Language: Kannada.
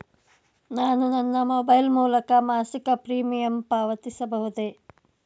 ನಾನು ನನ್ನ ಮೊಬೈಲ್ ಮೂಲಕ ಮಾಸಿಕ ಪ್ರೀಮಿಯಂ ಪಾವತಿಸಬಹುದೇ?